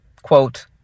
quote